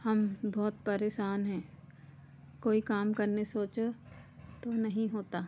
हम बहुत परेशान हैं कोई काम करने सोचो तो नहीं होता